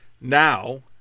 Now